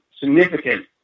significant